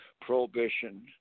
prohibition